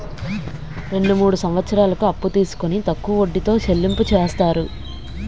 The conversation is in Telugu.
రెండు మూడు సంవత్సరాలకు అప్పు తీసుకొని తక్కువ వడ్డీతో చెల్లింపు చేస్తారు